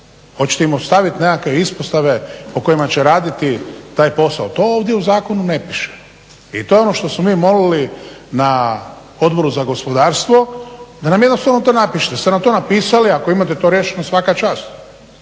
oćete im ostavit nekakve ispostave u kojima će raditi taj posao? To ovdje u zakonu ne piše i to je ono što smo mi molili na Odboru za gospodarstvo, da nam jednostavno to napišete, jeste nam to napisali, ako imate to riješeno svaka čast,